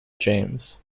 james